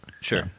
Sure